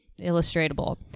illustratable